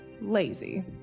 Lazy